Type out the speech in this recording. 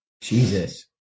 Jesus